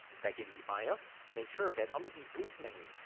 back in the bios make sure that on the the boot menu,